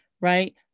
right